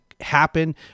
happen